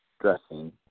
dressing